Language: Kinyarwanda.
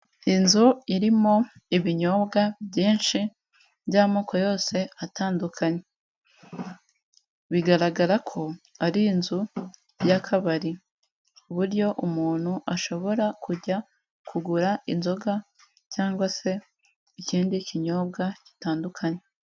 Inzu irimo ibinyobwa byinshi by'amoko yose atandukanye, bigaragara ko ari inzu y'akabari, ku buryo umuntu ashobora kujya kugura inzoga cyangwa se ikindi kinyobwa gitandukanye.